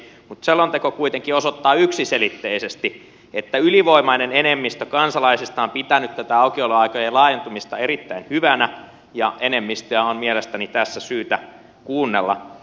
mutta selonteko kuitenkin osoittaa yksiselitteisesti että ylivoimainen enemmistö kansalaisista on pitänyt tätä aukioloaikojen laajentumista erittäin hyvänä ja enemmistöä on mielestäni tässä syytä kuunnella